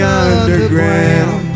underground